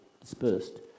dispersed